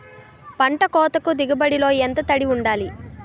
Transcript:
పంట కోతకు దిగుబడి లో ఎంత తడి వుండాలి?